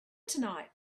tonight